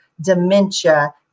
dementia